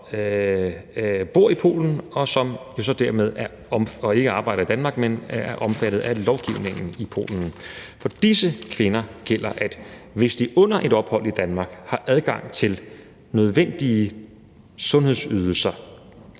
kvinder, som bor i Polen og ikke arbejder i Danmark, og som er omfattet af lovgivningen i Polen. For disse kvinder gælder, at hvis de under et ophold i Danmark har behov for nødvendige sundhedsydelser,